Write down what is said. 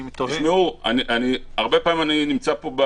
תשמעו, הרבה פעמים אני נמצא פה,